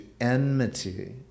enmity